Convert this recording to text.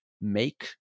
Make